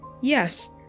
Yes